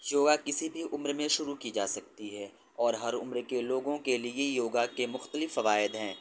یوگا کسی بھی عمر میں شروع کی جا سکتی ہے اور ہر عمر کے لوگوں کے لیے یوگا کے مختلف فوائد ہیں